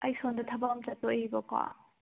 ꯑꯩ ꯁꯣꯝꯗ ꯊꯕꯛ ꯑꯃ ꯆꯠꯊꯣꯛꯏꯕꯀꯣ